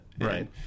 right